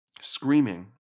screaming